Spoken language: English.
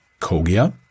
Kogia